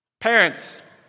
Parents